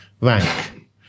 rank